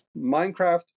Minecraft